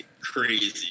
crazy